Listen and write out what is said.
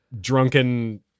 drunken